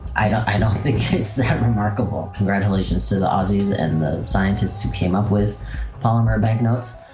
i don't think it's that remarkable. congratulations to the aussies and the scientists who came up with polymer banknotes.